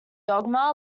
dogma